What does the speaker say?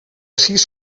sis